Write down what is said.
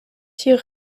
tir